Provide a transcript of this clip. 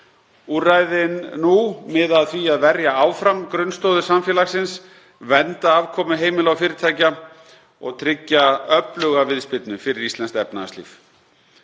Úrræðin nú miða að því að verja áfram grunnstoðir samfélagsins, vernda afkomu heimila og fyrirtækja og tryggja öfluga viðspyrnu fyrir íslenskt efnahagslíf.